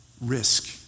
risk